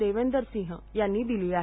देवेंदर सिंह यांनी दिली आहे